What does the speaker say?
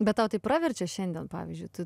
be tau tai praverčia šiandien pavyzdžiui tu